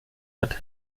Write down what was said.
hat